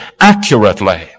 accurately